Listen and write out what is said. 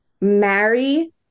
marry